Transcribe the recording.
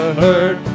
hurt